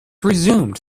resumed